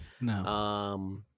no